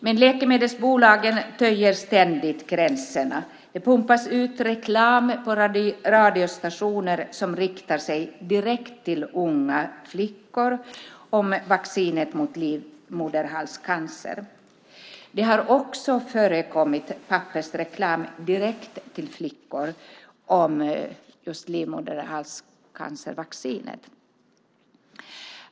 Men läkemedelsbolagen töjer ständigt gränserna. Det pumpas ut reklam på radiostationer som riktar sig direkt till unga flickor om vaccinet mot livmoderhalscancer. Det har också förekommit pappersreklam direkt till flickor om just livmoderhalscancervaccinet.